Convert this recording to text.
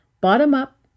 bottom-up